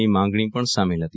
ની માગણી પણ સામેલ હતી